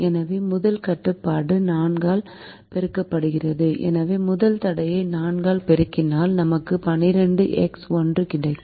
எனவே முதல் கட்டுப்பாடு 4 ஆல் பெருக்கப்படுகிறது எனவே முதல் தடையை 4 ஆல் பெருக்கினால் நமக்கு 12 எக்ஸ் 1 கிடைக்கும்